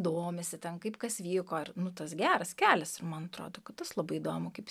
domisi ten kaip kas vyko ir nu tas geras kelias ir man atrodo kad tas labai įdomu kaip jis ten